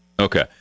Okay